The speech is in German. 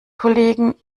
kollegen